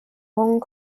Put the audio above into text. hong